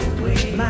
wait